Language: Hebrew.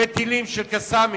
אלפי טילים של "קסאמים".